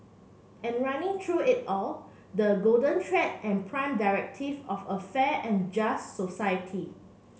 and running through it all the golden thread and prime directive of a fair and just society